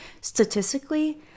statistically